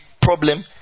problem